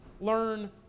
learn